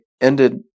ended